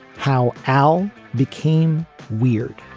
how al became weird